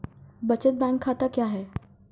बचत बैंक खाता क्या है?